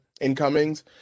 incomings